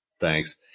Thanks